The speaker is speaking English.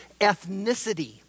Ethnicity